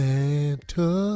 Santa